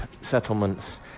settlements